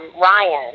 Ryan